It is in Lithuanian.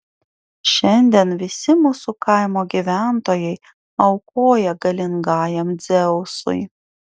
šiandien visi mūsų kaimo gyventojai aukoja galingajam dzeusui